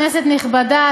כנסת נכבדה,